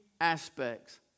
aspects